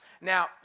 Now